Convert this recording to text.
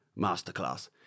masterclass